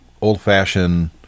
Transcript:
old-fashioned